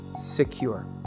secure